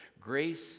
Grace